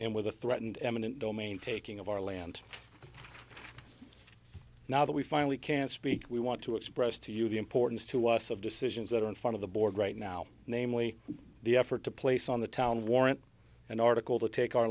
and with the threatened eminent domain taking of our land now that we finally can speak we want to express to you the importance to us of decisions that are in front of the board right now namely the effort to place on the town warrant an article to take our